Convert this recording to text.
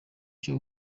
cyo